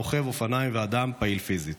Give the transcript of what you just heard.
רוכב אופניים ואדם פעיל פיזית.